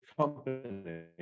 company